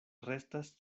restas